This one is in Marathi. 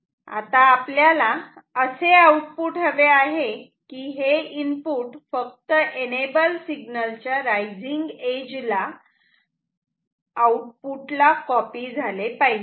आता आपल्याला असे आऊटपुट हवे आहे की हे इनपुट फक्त एनेबल सिग्नल च्या रायझिंग एज ला आऊटपुट ला कॉपी झाले पाहिजे